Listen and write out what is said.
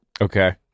Okay